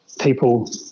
people